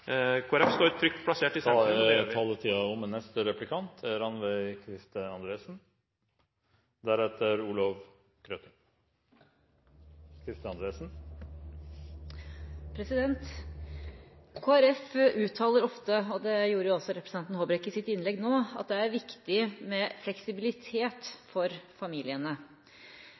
Folkeparti står trygt plassert … Taletiden er omme. Kristelig Folkeparti uttaler ofte – og det gjorde også representanten Håbrekke i sitt innlegg nå – at det er viktig med fleksibilitet for familiene.